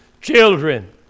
children